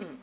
oo mm